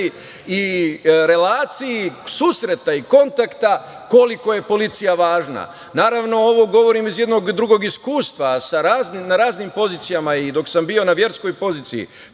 relaciji susreta i kontakta, koliko je policija važna. Naravno, ovo govorim iz jednog drugog iskustva, na raznim pozicijama, i dok sam bio na verskoj poziciji,